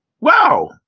Wow